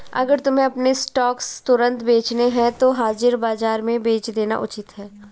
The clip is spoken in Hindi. अगर तुम्हें अपने स्टॉक्स तुरंत बेचने हैं तो हाजिर बाजार में बेच देना उचित है